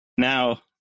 now